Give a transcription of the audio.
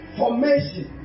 formation